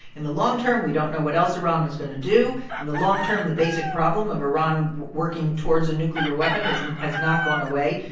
in the long term, we don't know what else iran was going to do. in the long term, the basic problem of iran working towards a nuclear weapon is has not gone away.